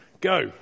Go